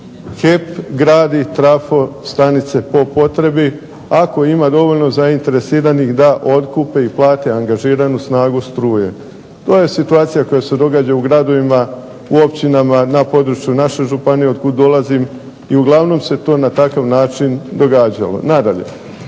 HEP gradi trafostanice po potrebi ako ima dovoljno zainteresiranih da otkupi i plati angažiranu snagu struje. To je situacija koja se događa u gradovima, u općinama, na području naše županije od kud dolazim i uglavnom se to na takav način događalo. Nadalje,